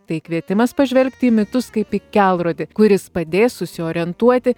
tai kvietimas pažvelgti į mitus kaip į kelrodį kuris padės susiorientuoti